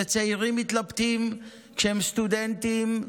וצעירים מתלבטים כשהם סטודנטים,